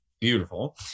beautiful